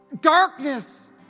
darkness